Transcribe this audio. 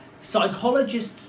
psychologists